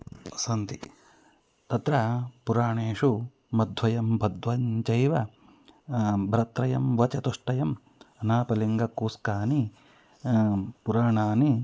अत्र सन्ति तत्र पुराणेषु मद्वयं भद्वयं चैव ब्रत्रयं वचतुष्टयम् अनापलिङ्गकूस्कानि पुराणानि